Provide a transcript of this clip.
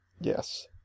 Yes